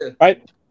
right